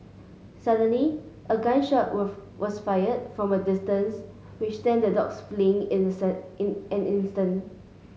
suddenly a gun shot was fired from a distance which sent the dogs fleeing in an instant